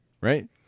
right